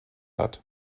hat